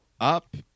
up